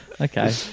Okay